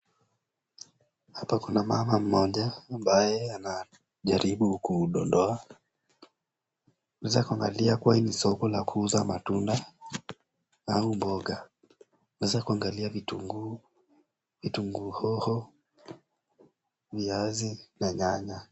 Hapa kuna mama mmoja ambaye anajaribu kudondoa. Unaweza kuagalia hili ni soko la kuuza matunda au mboga. Unaweza kuangalia vitunguu, vitunguu hoho, viazi na nyanya.